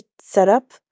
setup